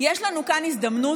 יש לנו כאן הזדמנות,